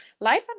life